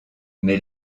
mais